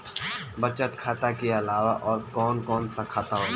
बचत खाता कि अलावा और कौन कौन सा खाता होला?